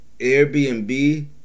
Airbnb